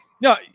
No